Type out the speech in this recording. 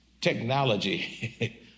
technology